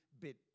bit